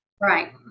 Right